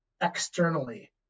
externally